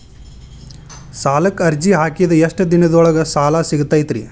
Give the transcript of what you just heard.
ಸಾಲಕ್ಕ ಅರ್ಜಿ ಹಾಕಿದ್ ಎಷ್ಟ ದಿನದೊಳಗ ಸಾಲ ಸಿಗತೈತ್ರಿ?